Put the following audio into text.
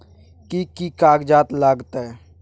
कि कि कागजात लागतै?